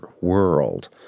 world